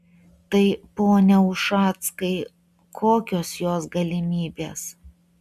tai pone ušackai kokios jos galimybės